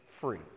Free